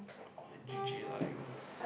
!wah! g_g lah you